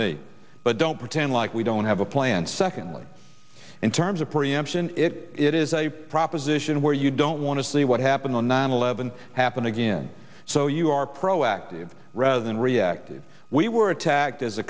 me but don't pretend like we don't have a plan secondly in terms of preemption it is a proposition where you don't want to see what happened on nine eleven happen again so you are proactive rather than reactive we were attacked as a